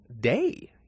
day